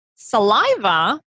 saliva